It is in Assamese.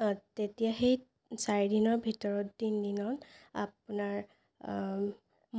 তেতিয়া সেই চাৰিদিনৰ ভিতৰত তিনি দিনত আপোনাৰ